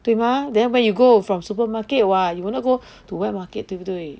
对吗 then where you go from supermarket [what] you will not go to wet market 对不对